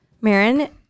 Maren